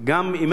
ושל הסיעות.